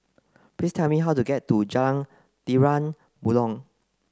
please tell me how to get to Jalan Terang Bulan